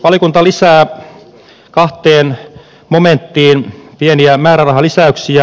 valiokunta lisää kahteen momenttiin pieniä määrärahalisäyksiä